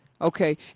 Okay